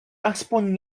aspoň